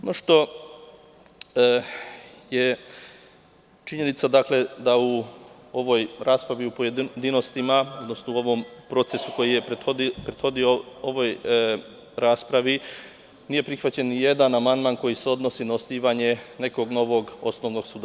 Ono što je činjenica to je da u ovoj raspravi u pojedinostima, u ovom procesu koji je prethodio ovoj raspravi, nije prihvaćen ni jedan amandman koji se odnosi na osnivanje nekog novog osnovnog suda.